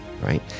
right